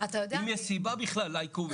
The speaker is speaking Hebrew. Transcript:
אם יש סיבה בכלל לעיכובים.